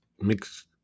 mixed